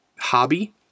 hobby